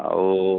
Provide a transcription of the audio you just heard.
ଆଉ